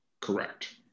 Correct